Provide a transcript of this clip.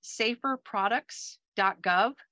saferproducts.gov